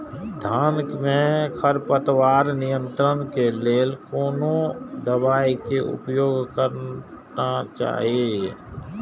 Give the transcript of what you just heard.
धान में खरपतवार नियंत्रण के लेल कोनो दवाई के उपयोग करना चाही?